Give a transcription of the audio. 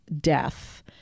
death